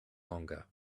longer